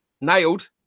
nailed